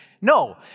No